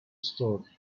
store